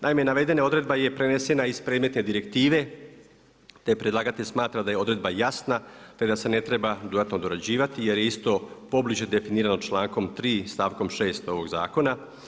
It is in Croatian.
Naime navedena odredba je prenesena iz predmetne direktive te predlagatelj smatra da je odredba jasna te da se ne treba dodatno dorađivati jer je isto pobliže definiramo člankom 3. stavkom 6 ovog zakona.